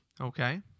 Okay